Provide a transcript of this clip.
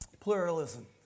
pluralism